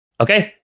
Okay